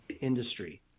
industry